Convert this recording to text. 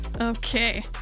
Okay